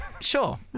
Sure